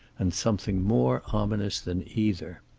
and something more ominous than either.